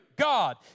God